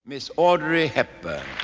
miss audrey hepburn